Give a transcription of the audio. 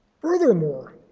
Furthermore